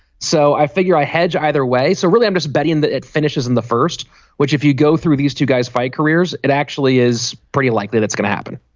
so i figure i hedge either way. so really i'm just betting that it finishes in the first which if you go through these two guys five careers it actually is pretty likely that's going to happen.